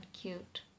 cute